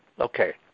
Okay